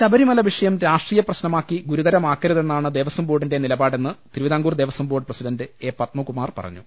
ശബരിമല വിഷയം രാഷ്ട്രീയ പ്രശ് നമാക്കി ഗുരുതരമാക്കരുതെന്നാണ് ദേവസ്വം ബോർഡിന്റെ നിലപാടെന്ന് Thiruvithamkoor Devaswom board president A Padmakumar പറഞ്ഞു